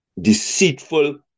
deceitful